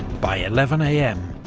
by eleven am,